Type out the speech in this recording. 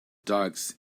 ducks